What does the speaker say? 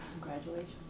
Congratulations